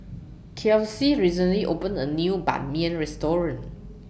Kelsie recently opened A New Ban Mian Restaurant